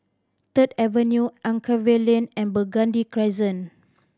Third Avenue Anchorvale Lane and Burgundy Crescent